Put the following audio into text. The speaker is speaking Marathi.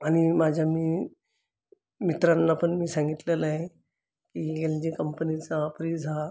आणि माझ्या मी मित्रांना पण मी सांगितलेलं आहे की एलजी कंपनीचा फ्रिज हा